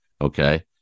okay